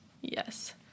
yes